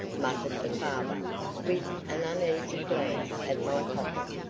muttered the father with an uneasy glance at my pocket.